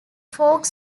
folk